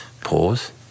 Pause